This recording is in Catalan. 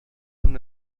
una